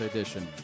Edition